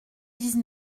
dix